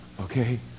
Okay